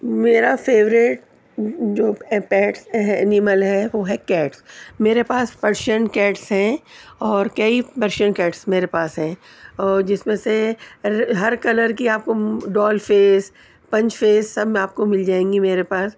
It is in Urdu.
میرا فیورٹ جو پیٹس ہے انیمل ہے وہ ہے کیٹ میرے پاس پرشین کیٹس ہیں اور کئی پرشین کیٹس میرے پاس ہیں اور جس میں سے ہر کلر کی آپ کو ڈال فیس پنچ فیس سب میں آپ کو مل جائے گی میرے پاس